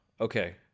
okay